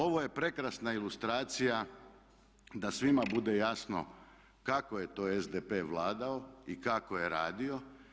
Ovo je prekrasna ilustracija da svima bude jasno kako je to SDP vladao i kako je radio.